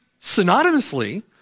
synonymously